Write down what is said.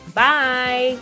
Bye